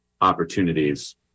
opportunities